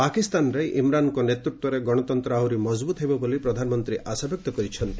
ପାକିସ୍ତାନରେ ଇମ୍ରାନ୍ଙ୍କ ନେତୃତ୍ୱରେ ଗଣତନ୍ତ୍ର ଆହୁରି ମଜବୂତ୍ ହେବ ବୋଲି ପ୍ରଧାନମନ୍ତ୍ରୀ ଆଶାବ୍ୟକ୍ତ କରିଛନ୍ତି